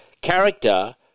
character